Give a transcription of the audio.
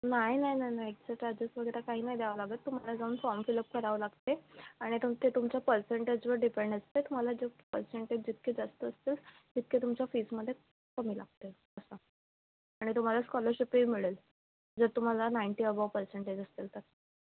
नाही नाही ना नाही जास्त चार्जेस वगैरे काही नाही द्यावं लागत तुम्हाला जाऊन फॉर्म फिलप करावं लागते आणि तुम ते तुमचं पर्सेंटेजवर डिपेंड असते तुम्हाला जो पर्सेंटेज जितके जास्त असतील तितके तुमच्या फिसमध्ये कमी लागते असं आणि तुम्हाला स्कॉलरशिपही मिळेल जर तुम्हाला नाईंटी अबोव पर्सेंटेज असतील तर